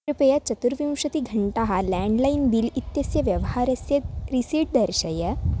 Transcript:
कृपया चतुर्विंशतिघण्टाः landline bill इत्यस्य व्यवहारस्य रिसीट् दर्शय